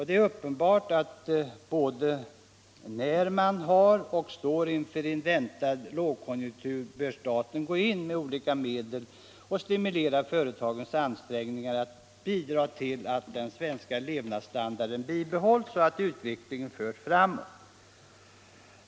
Det är uppenbart att både när man har och när man står inför en väntad lågkonjunktur bör staten gå in och med olika medel stimulera företagens ansträngningar att bidra till att den svenska levnadsstandarden bibehålls och att utvecklingen förs framåt.